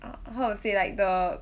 ah how to say like the